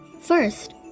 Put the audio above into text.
First